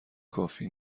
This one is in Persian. کافی